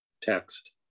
text